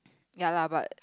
ya lah but